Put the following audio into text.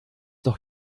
noch